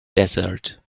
desert